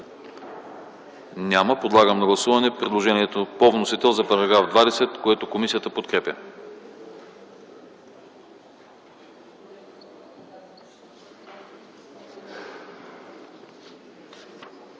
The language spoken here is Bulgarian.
Няма. Подлагам на гласуване предложението на вносителя за § 18, което комисията подкрепя.